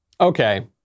Okay